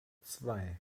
zwei